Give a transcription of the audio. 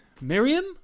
Miriam